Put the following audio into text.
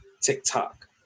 TikTok